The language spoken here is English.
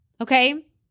Okay